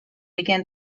began